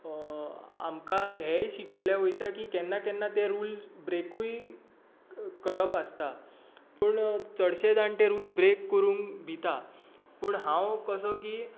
आमकां हें शिकयलें वयता की केन्ना केन्ना ते रुल्स ब्रेकूय करप आसता पूण चडशे जाण ते रुल्स ब्रेक करूंक भितात पूण हांव कसो की